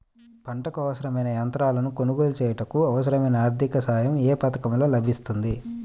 పంటకు అవసరమైన యంత్రాలను కొనగోలు చేయుటకు, అవసరమైన ఆర్థిక సాయం యే పథకంలో లభిస్తుంది?